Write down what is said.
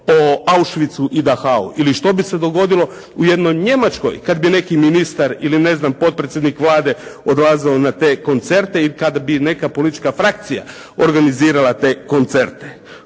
o "Auschwitz-u" i "Dachau-u" ili što bi se dogodilo u jednoj Njemačkoj kad bi neki ministar ili potpredsjednik Vlade odlazio na te koncerte i kada bi neka politička frakcija organizirala te koncerte?